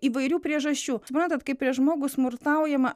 įvairių priežasčių suprantant kai prieš žmogų smurtaujama